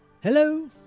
Hello